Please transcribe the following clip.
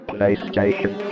PlayStation